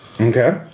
Okay